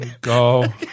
Go